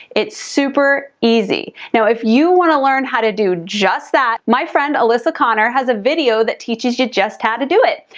it's super easy. now if you want to learn how to do just that, my friend alisa connor has a video that teaches you just how to do it.